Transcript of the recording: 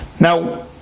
Now